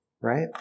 Right